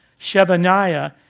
Shebaniah